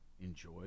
enjoy